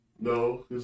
No